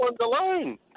alone